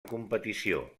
competició